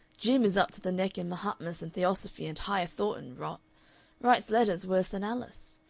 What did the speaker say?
jim is up to the neck in mahatmas and theosophy and higher thought and rot writes letters worse than alice.